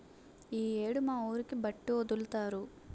ఈ యేడు మా ఊరికి బట్టి ఒదులుతారు